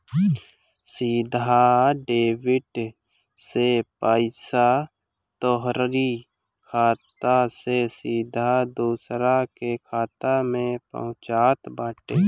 सीधा डेबिट से पईसा तोहरी खाता से सीधा दूसरा के खाता में पहुँचत बाटे